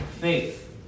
faith